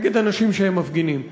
נגד אנשים שהם מפגינים.